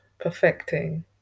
perfecting